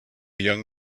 young